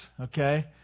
okay